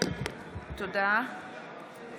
(קוראת בשמות חברי הכנסת)